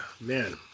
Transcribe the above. Man